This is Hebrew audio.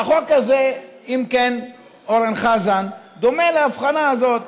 והחוק הזה, אם כן, אורן חזן, דומה להבחנה הזאת.